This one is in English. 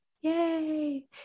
yay